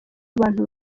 abantu